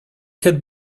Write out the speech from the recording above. had